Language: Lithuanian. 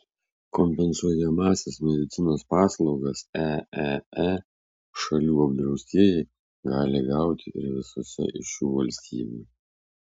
kompensuojamąsias medicinos paslaugas eee šalių apdraustieji gali gauti ir visose iš šių valstybių